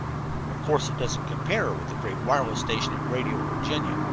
of course, it doesn't compare with the great wireless station at radio, virginia,